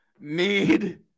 need